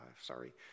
sorry